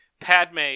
Padme